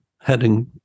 heading